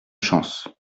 chance